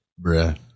bruh